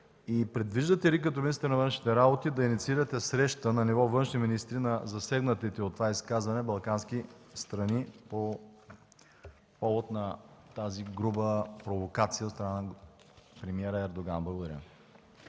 и предвиждате ли като министър на външните работи да инициирате среща на ниво външни министри на засегнатите от това изказване балкански страни по повод на грубата провокация от страна на премиера Ердоган? Благодаря